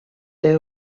they